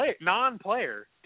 non-player